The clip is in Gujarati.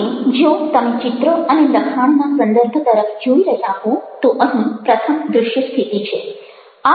આથી જો તમે ચિત્ર અને લખાણના સંદર્ભ તરફ જોઈ રહ્યા હો તો અહીં પ્રથમ દ્રશ્યસ્થિતિ છે